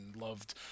loved